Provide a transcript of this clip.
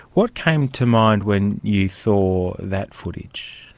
what came to mind when you saw that footage?